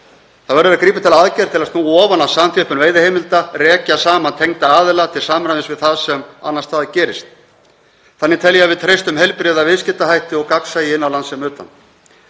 Það verður að grípa til aðgerða til að vinda ofan af samþjöppun veiðiheimilda, rekja saman tengda aðila til samræmis við það sem annars staðar gerist. Þannig tel ég að við treystum heilbrigða viðskiptahætti og gagnsæi innan lands sem utan.